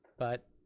but